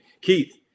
Keith